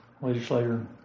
legislator